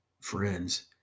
friends